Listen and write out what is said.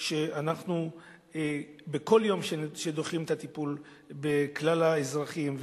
כל יום שדוחים את הטיפול בכלל האזרחים,